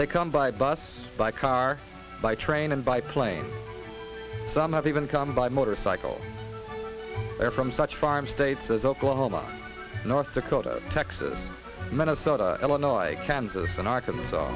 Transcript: they come by bus by car by train and by plane some have even come by motorcycles there from such farm states as oklahoma north dakota texas minnesota illinois kansas an arkansas